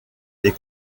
les